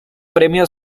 premio